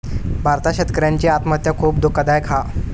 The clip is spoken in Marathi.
भारतात शेतकऱ्यांची आत्महत्या खुप दुःखदायक हा